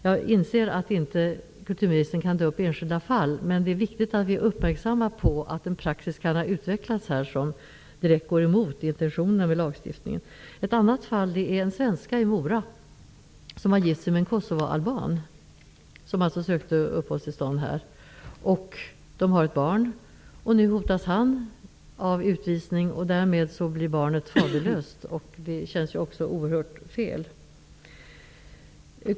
Jag inser att kulturministern inte kan ta upp enskilda fall, men det är viktigt att vi är uppmärksamma på att en praxis kan ha utvecklats som direkt går emot intentionerna med lagstiftningen. Ett annat fall gäller en svenska i Mora. Hon är gift med en kosovoalban som har sökt uppehållstillstånd. De har ett barn. Nu hotas han av utvisning. Därmed blir barnet faderlöst. Det känns oerhört fel.